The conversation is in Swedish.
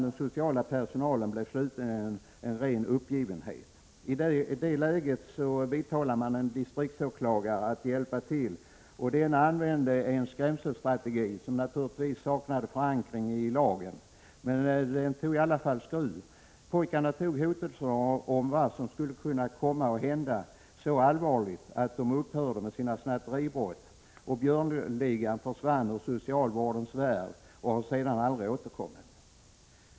Den sociala personalens situation kom slutligen att präglas av ren uppgivenhet. I det läget vidtalade man en distriktsåklagare som ombads att hjälpa till. Denne använde en skrämselstrategi som naturligtvis saknade förankring i lagen. Men det tog i varje fall skruv. Pojkarna tog hotelserna om vad som skulle kunna komma att hända så allvarligt att de upphörde med sina snatteribrott. Björnligan försvann ur socialvårdens värld och har sedan aldrig återkommit.